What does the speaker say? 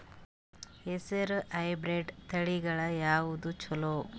ಹೆಸರ ಹೈಬ್ರಿಡ್ ತಳಿಗಳ ಯಾವದು ಚಲೋ?